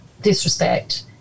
disrespect